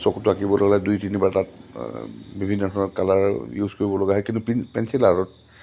চকুটো আঁকিবলৈ হ'লে দুই তিনিবাৰ তাত বিভিন্ন ধৰণৰ কালাৰ ইউজ কৰিব লগা হয় কিন্তু পেঞ্চিল আৰ্টত